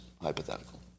hypothetical